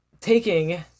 taking